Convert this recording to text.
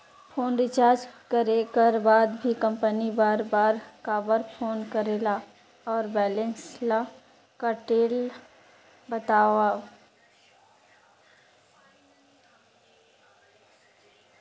Phone recharge करे कर बाद भी कंपनी बार बार काबर फोन करेला और बैलेंस ल काटेल बतावव?